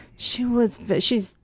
she was, she's,